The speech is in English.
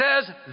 says